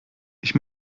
ich